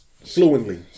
Fluently